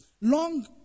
Long